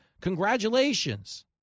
congratulations